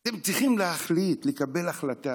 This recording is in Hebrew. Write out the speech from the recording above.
אתם צריכים להחליט, לקבל החלטה: